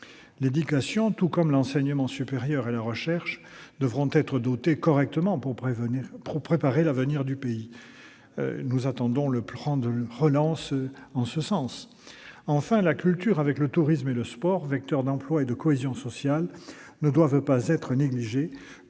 L'éducation, tout comme l'enseignement supérieur et la recherche, devra être dotée correctement pour préparer l'avenir du pays ; nous attendons le plan de relance à cet égard. Enfin, la culture, le tourisme et le sport, vecteurs d'emplois et de cohésion sociale, ne doivent pas être négligés,